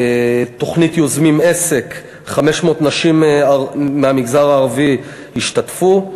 תוכנית "יוזמים עסק" 500 נשים מהמגזר הערבי השתתפו,